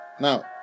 Now